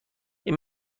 این